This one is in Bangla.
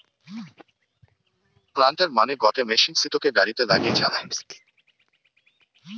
প্লান্টার মানে গটে মেশিন সিটোকে গাড়িতে লাগিয়ে চালায়